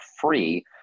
free